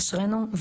אשרינו,